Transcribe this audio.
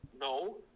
No